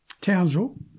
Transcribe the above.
Townsville